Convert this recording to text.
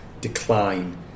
decline